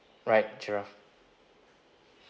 right giraffe